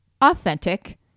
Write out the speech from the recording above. authentic